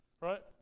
Right